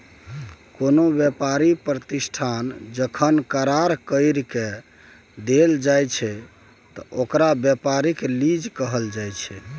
कोनो व्यापारी प्रतिष्ठान जखन करार कइर के देल जाइ छइ त ओकरा व्यापारिक लीज कहल जाइ छइ